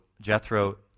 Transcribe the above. Jethro